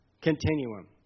continuum